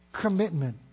commitment